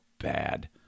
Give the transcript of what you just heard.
bad